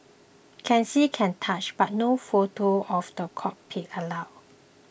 can see can touch but no photos of the cockpit allowed